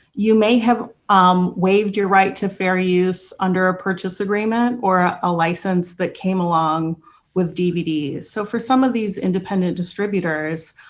you may have um waived your right to fair use under a purchase agreement or a license that came along with dvds. so for some of these independent distributors,